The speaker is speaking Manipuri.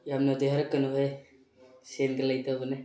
ꯌꯥꯝꯅꯗꯤ ꯍꯥꯏꯔꯛꯀꯅꯨꯍꯦ ꯁꯦꯜꯒ ꯂꯩꯇꯕꯅꯦ